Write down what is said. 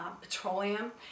petroleum